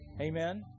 Amen